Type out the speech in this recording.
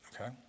Okay